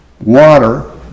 water